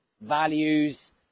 values